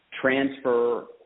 transfer